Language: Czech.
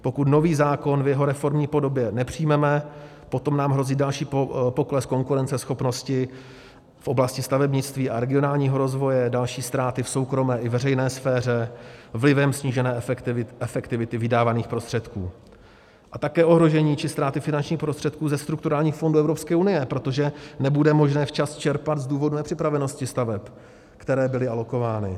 Pokud nový zákon v jeho reformní podobě nepřijmeme, potom nám hrozí další pokles konkurenceschopnosti v oblasti stavebnictví a regionálního rozvoje, další ztráty v soukromé i veřejné sféře vlivem snížené efektivity vydávaných prostředků a také ohrožení či ztráty finančních prostředků ze strukturálních fondů Evropské unie, protože nebude možné včas čerpat z důvodu nepřipravenosti staveb, které byly alokovány.